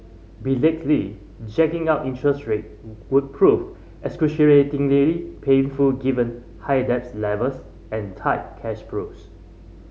belatedly jacking up interest rate we prove excruciatingly painful given high debts levels and tight cash flues